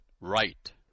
right